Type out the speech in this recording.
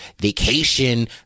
vacation